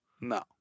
No